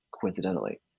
coincidentally